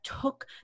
took